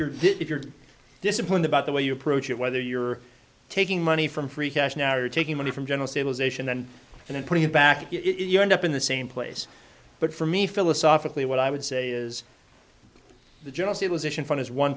you're if you're disciplined about the way you approach it whether you're taking money from free cash now or taking money from general stabilization then and then putting it back if you end up in the same place but for me philosophically what i would say is th